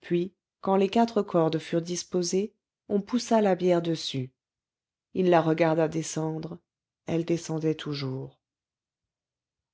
puis quand les quatre cordes furent disposées on poussa la bière dessus il la regarda descendre elle descendait toujours